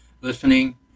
listening